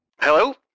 Hello